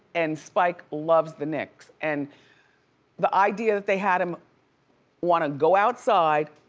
and spike loves the knicks. and the idea that they had him wanna go outside,